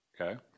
Okay